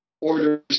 orders